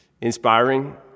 inspiring